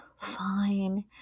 fine